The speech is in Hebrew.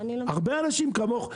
הרבה אנשים כמוך,